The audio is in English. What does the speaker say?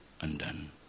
undone